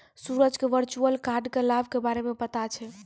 सूरज क virtual card क लाभ के बारे मे पता छै